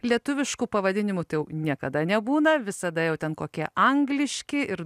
lietuviškų pavadinimų tai jau niekada nebūna visada jau ten kokie angliški ir